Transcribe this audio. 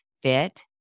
fit